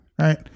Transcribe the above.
Right